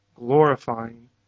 Glorifying